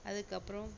அதுக்கப்றம்